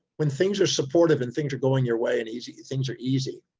when things are supportive and things are going your way and easy, things are easy,